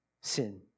sin